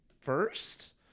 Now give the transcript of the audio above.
first